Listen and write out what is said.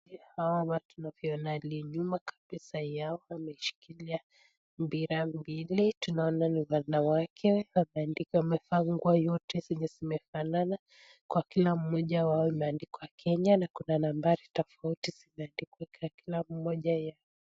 Hawa tunavyo ona nyuma kabisa yao wameshikilia mipira mbili. Tunaona ni wanne wake wameandika wamevaa nguo zote zenye zimefanana. Kwa kila mmoja wao imeandikwa Kenya na kuna nambari tofauti zimeandikwa kwa kila mmoja ya